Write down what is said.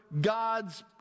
God's